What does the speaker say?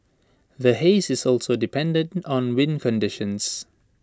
the haze is also dependent on wind conditions